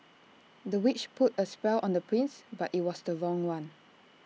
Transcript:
the witch put A spell on the prince but IT was the wrong one